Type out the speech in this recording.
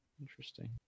Interesting